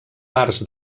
parts